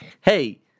hey